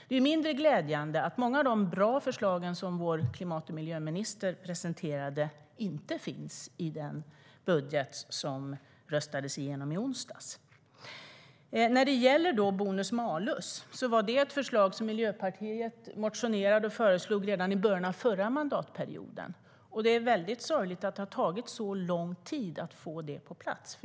Det är mindre glädjande att många av de bra förslag som vår klimat och miljöminister presenterade inte finns i den budget som röstades igenom i onsdags. Bonus-malus var ett förslag som Miljöpartiet motionerade om redan i början av förra mandatperioden, och det är sorgligt att det har tagit så lång tid att få det på plats.